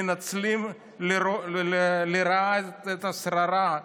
הם מנצלים לרעה את השררה,